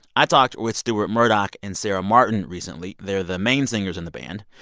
i talked with stuart murdoch and sarah martin recently. they're the main singers in the band.